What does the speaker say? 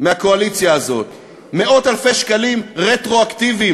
מהקואליציה הזאת: מאות אלפי שקלים רטרואקטיבית